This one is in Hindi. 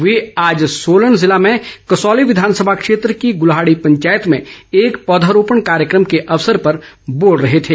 वे आज सोलन जिले में कसौली विधानसभा क्षेत्र की गुल्हाड़ी पंचायत में एक पौधरोपण कार्यक्रम के अवसर पर बोल रहे थे